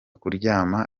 kuryama